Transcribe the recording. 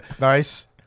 Nice